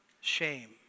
shame